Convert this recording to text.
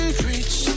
preach